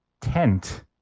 tent